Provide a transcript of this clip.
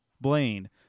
Blaine